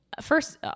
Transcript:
first